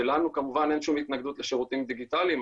לנו כמובן אין שום התנגדות לשירותים דיגיטליים.